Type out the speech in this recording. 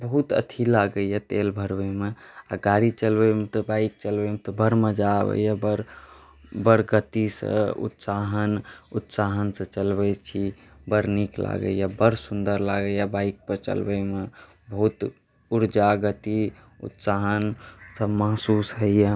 बहुत अथी लागैए तेल भरबैमे आओर गाड़ी चलबैमे तऽ बाइक चलबैमे तऽ बड़ मजा आबैए बड़ गतिसँ उत्साहन उत्साहनसँ चलबै छी बड़ नीक लागैए बड़ सुन्दर लागैए बाइकपर चलबैमे बहुत ऊर्जा गति उत्साहनसब महसूस होइए